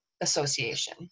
association